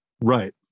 Right